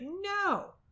no